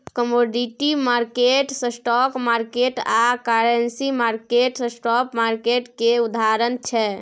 commodity market, stock market आ currency market spot market केर उदाहरण छै